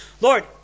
Lord